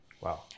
Wow